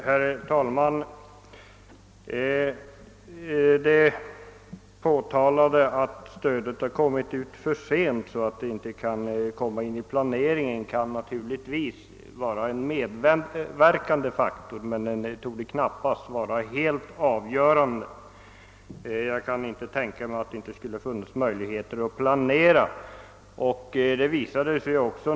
Herr talman! Det förhållandet att bestämmelserna om stödet meddelades sent och därför inte kunde påverka planeringen kan naturligtvis ha spelat in men har knappast varit en avgörande faktor. Jag kan inte tänka mig att det inte hade funnits möjligheter att planera med hänsyn till stödet.